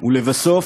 לבסוף,